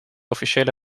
officiële